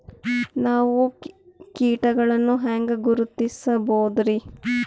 ನಾವು ಕೀಟಗಳನ್ನು ಹೆಂಗ ಗುರುತಿಸಬೋದರಿ?